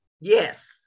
Yes